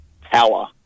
power